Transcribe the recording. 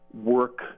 work